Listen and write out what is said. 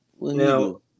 Now